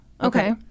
Okay